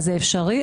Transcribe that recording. זה אפשרי,